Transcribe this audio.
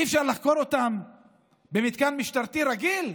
אי-אפשר לחקור אותם במתקן משטרתי רגיל?